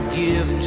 give